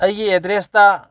ꯑꯩꯒꯤ ꯑꯦꯗ꯭ꯔꯦꯁꯇ